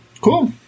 Cool